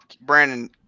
Brandon